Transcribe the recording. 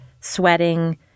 sweating